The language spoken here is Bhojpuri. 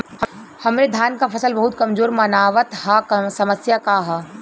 हमरे धान क फसल बहुत कमजोर मनावत ह समस्या का ह?